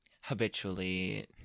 habitually